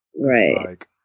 Right